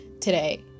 today